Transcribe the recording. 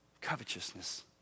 covetousness